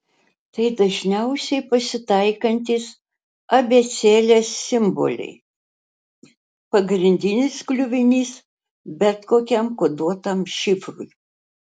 tai dažniausiai pasitaikantys abėcėlės simboliai pagrindinis kliuvinys bet kokiam koduotam šifrui